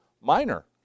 minor